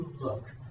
look